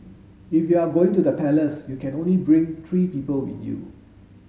if you are going to the palace you can only bring three people with you